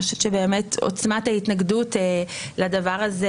אני חושבת שבאמת עוצמת ההתנגדות לדבר הזה